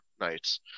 nights